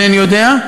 אינני יודע.